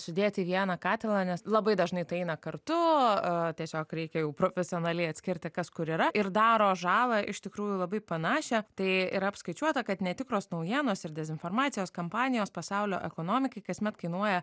sudėti į vieną katilą nes labai dažnai tai eina kartu a tiesiog reikia profesionaliai atskirti kas kur yra ir daro žalą iš tikrųjų labai panašią tai yra apskaičiuota kad netikros naujienos ir dezinformacijos kampanijos pasaulio ekonomikai kasmet kainuoja